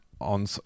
on